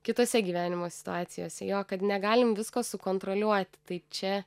kitose gyvenimo situacijose jo kad negalim visko sukontroliuoti tai čia